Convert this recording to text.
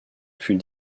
fut